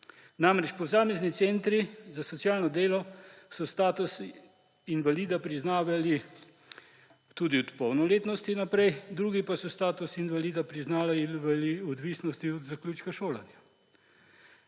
Namreč, posamezni centri za socialno delo so status invalida priznavali tudi od polnoletnosti naprej, drugi pa so status invalida priznavali v odvisnosti od zaključka šolanja.